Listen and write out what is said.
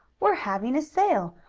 we're having a sail!